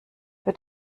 für